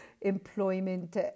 employment